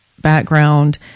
background